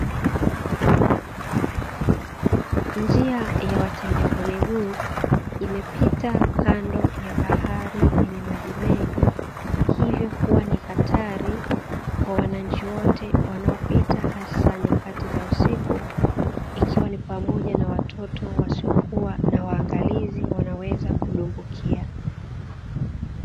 Njia ya watembea kwa miguu imepita kando ya bahari yenye maji mengi, hivyo kuwa ni hatari kwa wananchi wote wanaopita hasa nyakati za usiku ikiwa ni pamoja na watoto wasiokuwa na uangalizi wanaweza kudumbukia.